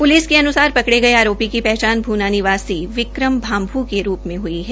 police के अनुसार पकड़े गये आरोपी की पहचान भूना निवासी विक्रम भांभू के रूप में हई है